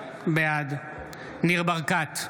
בעד ניר ברקת,